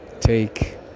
take